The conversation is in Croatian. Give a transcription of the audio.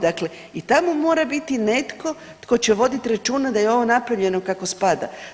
Dakle i tamo mora biti netko tko će voditi računa da je ovo napravljeno kako spada.